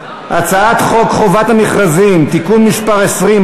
הצעת חוק חובת המכרזים (תיקון מס' 20,